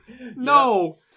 No